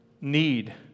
need